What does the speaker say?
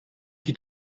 qui